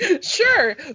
sure